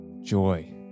joy